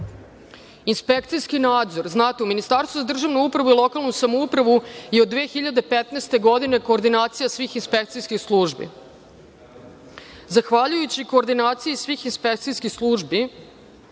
prijave. Inspekcijski nadzor. Znate, u Ministarstvu za državnu upravu i lokalnu samoupravu je od 2015. godine koordinacija svih inspekcijskih službi. Zahvaljujući koordinaciji svih inspekcijskih službi